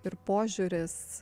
ir požiūris